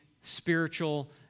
spiritual